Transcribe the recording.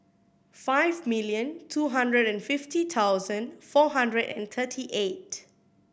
five million two hundred and fifty thousand four hundred and thirty eight